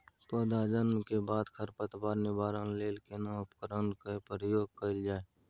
पौधा जन्म के बाद खर पतवार निवारण लेल केना उपकरण कय प्रयोग कैल जाय?